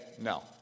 no